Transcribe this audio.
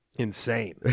insane